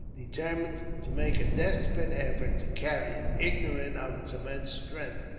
determined to make a desperate effort to carry it, ignorant of its immense strength.